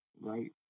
Right